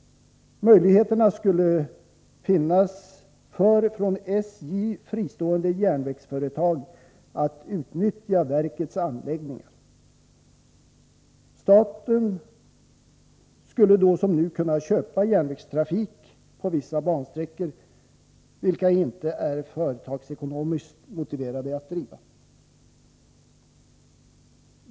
Möjligheter skulle finnas för från SJ fristående järnvägsföretag att utnyttja verkets anläggningar. Staten skulle då som nu kunna ”köpa” järnvägstrafik på vissa bansträckor, vilka det inte är företagsekonomiskt motiverat att driva.